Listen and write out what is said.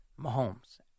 Mahomes